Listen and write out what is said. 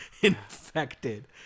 infected